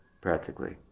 practically